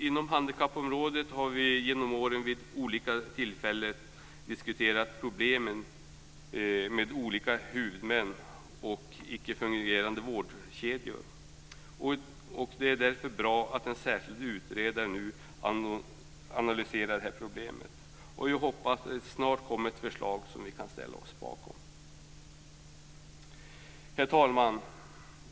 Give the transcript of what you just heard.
Inom handikappområdet har vi genom åren vid olika tillfällen diskuterat problemet med olika huvudmän och icke fungerande vårdkedjor, och det är därför bra att en särskild utredare nu analyserar det här problemet. Jag hoppas att det snart kommer ett förslag som vi kan ställa oss bakom. Herr talman!